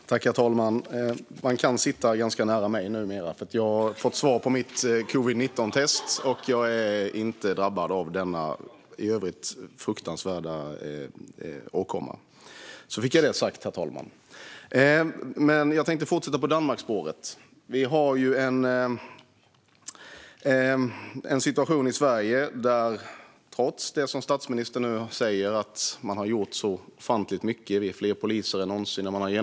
Herr talman! Med tanke på talmannens påminnelse om att kammaren är stor och att vi inte måste sitta precis bredvid varandra vill jag säga att man numera kan sitta ganska nära mig. Jag har fått svar på mitt covid-19-test, och jag är inte smittad av detta fruktansvärda virus. Så fick jag det sagt. Herr talman! Jag tänker fortsätta på Danmarksspåret och situationen i Sverige. Statsministern säger nu att man har gjort ofantligt mycket. Vi har fler poliser än någonsin.